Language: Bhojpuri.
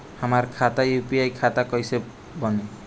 हमार खाता यू.पी.आई खाता कईसे बनी?